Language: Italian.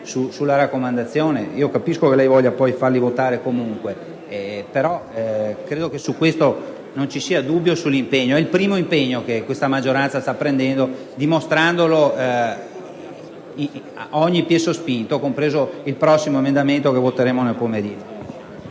sulla raccomandazione. Capisco che il senatore D'Alia voglia farli votare comunque, però credo che non ci sia dubbio sull'impegno. È il primo impegno che questa maggioranza sta prendendo, dimostrandolo a ogni piè sospinto, compreso il prossimo emendamento che voteremo.